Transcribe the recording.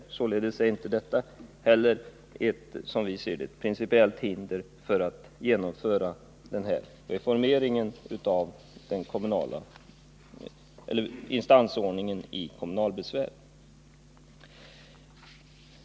Det föreligger alltså, som vi ser det, inte heller på denna punkt något principiellt hinder för att genomföra reformeringen av instansordningen i kommunalbesvär.